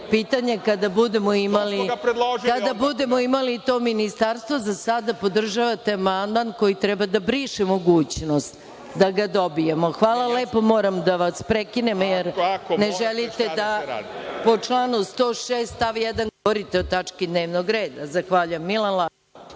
pitanje, kada budemo imali to ministarstvo, za sada podržavate amandman koji treba da briše mogućnost da ga dobijemo. Hvala vam lepo, moram da vas prekinem, jer ne želite, a po članu 106. stav 1. da govorite o tački dnevnog reda. Zahvaljujem. Reč